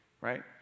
right